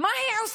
מה היא עושה?